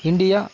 India